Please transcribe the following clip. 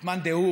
את מאן דהוא,